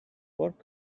pork